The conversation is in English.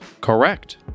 Correct